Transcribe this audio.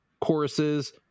choruses